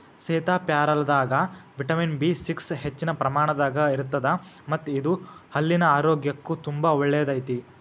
ಸೇತಾಪ್ಯಾರಲದಾಗ vitamin B six ಹೆಚ್ಚಿನ ಪ್ರಮಾಣದಾಗ ಇರತ್ತದ ಮತ್ತ ಇದು ಹಲ್ಲಿನ ಆರೋಗ್ಯಕ್ಕು ತುಂಬಾ ಒಳ್ಳೆಯದೈತಿ